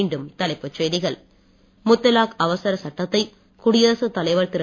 மீணிடும் தலைப்புச் செய்திகள் முத்தலாக் அவசர சட்டத்தை குடியரசுத் தலைவர் திரு